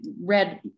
read